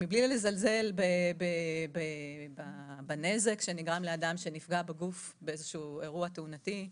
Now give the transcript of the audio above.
ומבלי לזלזל בנזק שנגרם לאדם שנפגע בגוף באיזשהו אירוע תאונתי,